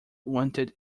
wanted